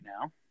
now